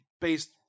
based